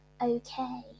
okay